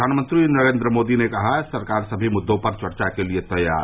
प्रधानमंत्री नरेंद्र मोदी ने कहा सरकार सभी मुद्दों पर चर्चा के लिए तैयार